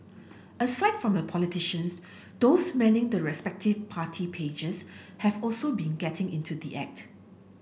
aside from the politicians those manning the respective party pages have also been getting into the act